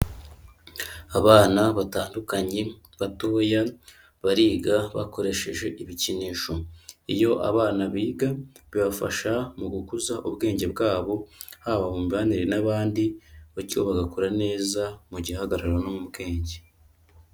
Abana batandukanye batoya bariga bakoresheje ibikinisho, iyo abana biga bibafasha mu gukuza ubwenge bwabo, haba mu mibanire n'abandi bityo bagakura neza mu gihagararo no mu bwenge.